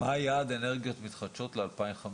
מה היעד לאנרגיות מתחדשות ל-2050?